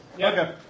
Okay